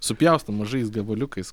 supjaustom mažais gabaliukais